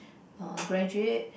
uh graduate